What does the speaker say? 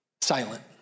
silent